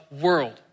world